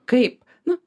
kaip nu